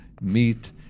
meat